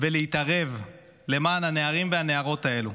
ולהתערב למען הנערים והנערות הללו.